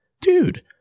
Dude